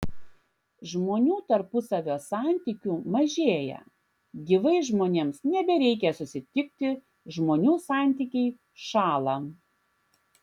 žmonių tarpusavio santykių mažėja gyvai žmonėms nebereikia susitikti žmonių santykiai šąla